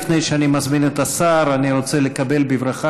לפני שאני מזמין את השר אני רוצה לקבל בברכה,